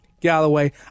Galloway